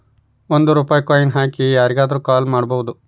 ಒಂದ್ ರೂಪಾಯಿ ಕಾಯಿನ್ ಹಾಕಿ ಯಾರಿಗಾದ್ರೂ ಕಾಲ್ ಮಾಡ್ಬೋದು